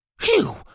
Phew